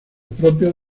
propios